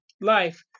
life